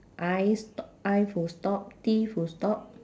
I st~ I full stop T full stop